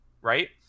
right